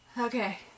Okay